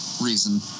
reason